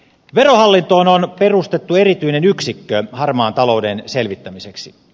verohallintoon on perustettu erityinen yksikkö harmaan talouden selvittämiseksi